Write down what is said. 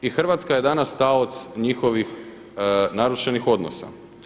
I Hrvatska je danas taoc njihovih narušenih odnosa.